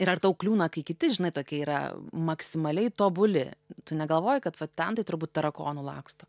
ir ar tau kliūna kai kiti žinai tokie yra maksimaliai tobuli tu negalvoji kad vat ten tai turbūt tarakonų laksto